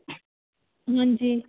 हां जी